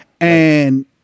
And-